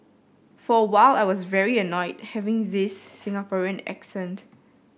for a while I was very annoyed having this Singaporean accent